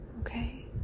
okay